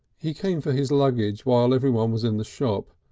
he came for his luggage while every one was in the shop,